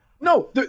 no